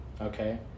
okay